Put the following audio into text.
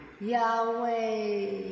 Yahweh